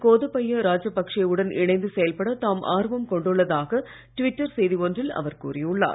கோதபைய ராஜபக்சேவுடன் இணைந்து செயல்பட தாம் ஆர்வம் கொண்டுள்ளதாக ட்விட்டர் செய்தி ஒன்றில் அவர் கூறியுள்ளார்